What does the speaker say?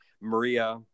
maria